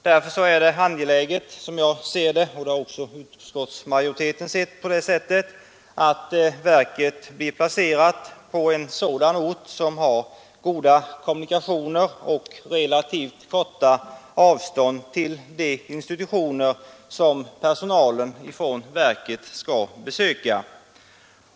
Därför är det angeläget, som jag och även utskottsmajoriteten ser det, att verket blir placerat på en sådan ort som har goda kommunikationer och relativt korta avstånd till de institutioner som personalen från verket skall besöka.